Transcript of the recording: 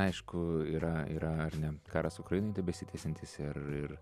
aišku yra yra ar ne karas ukrainoj tebesitęsiantis ir ir